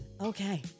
okay